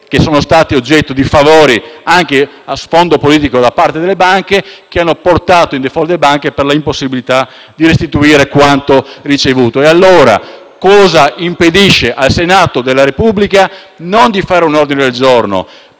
che sono stati oggetto di favori, anche a sfondo politico da parte delle banche, che le hanno portate in *default* per l'impossibilità di restituire quanto ricevuto. Cosa impedisce allora al Senato della Repubblica di fare non un ordine del giorno